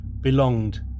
belonged